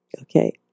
Okay